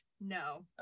No